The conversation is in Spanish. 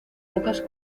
pocas